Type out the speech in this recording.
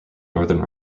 northern